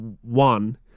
one